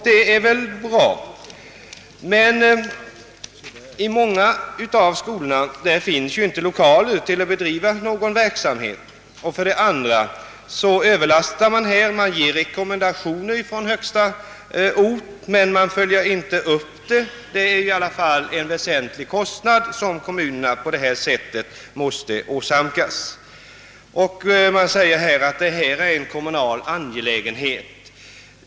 Detta är bra, men i många av skolorna finns det inga lokaler där sådan verksamhet kan bedrivas. Vidare kommer härigenom ytterligare uppgifter att åvila kommunerna, och det blir kanske som på andra områden: från högsta ort görs rekomendationer, vilka inte följs upp. Det är nämligen en väsentlig kostnad som kommunerna åsamkas genom att man säger att detta är en kommunal angelägenhet.